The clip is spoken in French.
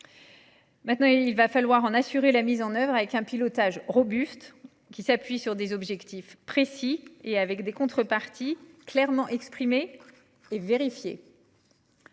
convient désormais d’en assurer la mise en œuvre avec un pilotage robuste qui s’appuie sur des objectifs précis et avec des contreparties clairement exprimées et vérifiées.